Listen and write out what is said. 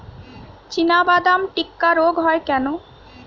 চিনাবাদাম টিক্কা রোগ হয় কেন?